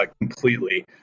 completely